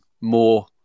more